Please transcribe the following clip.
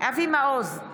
אבי מעוז,